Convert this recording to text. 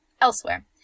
elsewhere